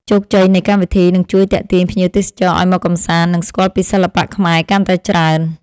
ជោគជ័យនៃកម្មវិធីនឹងជួយទាក់ទាញភ្ញៀវទេសចរឱ្យមកកម្សាន្ត និង ស្គាល់ពីសិល្បៈខ្មែរកាន់តែច្រើន។